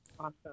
Awesome